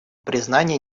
признания